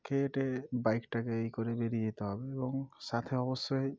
খেয়ে টেয়ে বাইকটাকে এই করে বেরিয়ে যেতে হবে এবং সাথে অবশ্যই